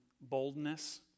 boldness